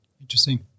Interesting